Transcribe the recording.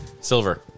Silver